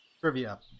trivia